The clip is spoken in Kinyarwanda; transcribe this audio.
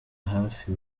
hafi